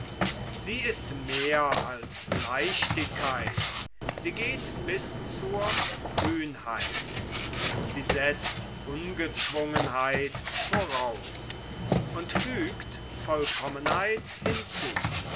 sie ist mehr als leichtigkeit sie geht bis zur kühnheit sie setzt ungezwungenheit voraus und fügt vollkommenheit hinzu